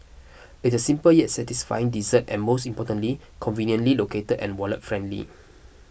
it's a simple yet satisfying dessert and most importantly conveniently located and wallet friendly